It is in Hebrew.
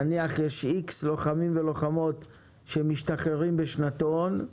נניח יש X לוחמים ולוחמות שמשתחררים בשנתון,